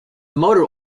motor